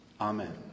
Amen